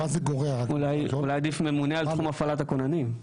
אולי עדיף 'ממונה על תחום הפעלת הכוננים'?